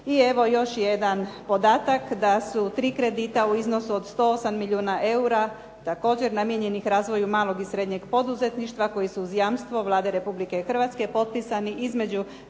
I evo još jedan podatak da su tri kredita u iznosu od 108 milijuna eura također namijenjenih razvoju malog i srednjeg poduzetništva, koji su uz jamstvo Vlade Republike Hrvatske potpisani između